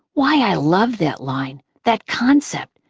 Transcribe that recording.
why i love that line, that concept,